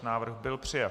Návrh byl přijat.